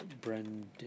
brendan